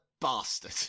bastard